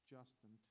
Justin